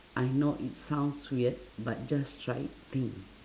I know it sounds weird but just try thing